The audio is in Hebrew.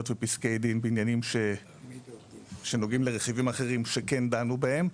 ופסקי דין בעניינים שנוגעים לרכיבים אחרים שכן דנו בהם.